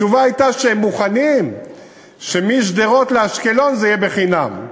התשובה הייתה שהם מוכנים שמשדרות לאשקלון זה יהיה בחינם,